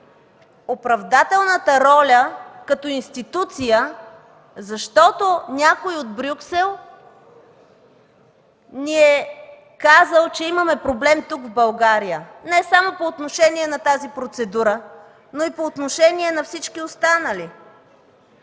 оправдателната роля като институция, защото някой от Брюксел ни е казал, че имаме проблем тук, в България, не само по отношение на тази процедура, но и по отношение на всички останали?